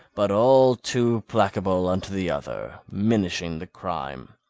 but all too placable unto the other, minishing the crime.